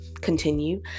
continue